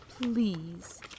Please